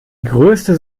größte